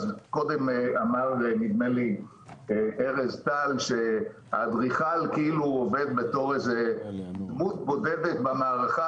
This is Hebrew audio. וקודם אמר נדמה לי ארז טל שהאדריכל עובד כדמות בודדת במערכה,